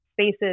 spaces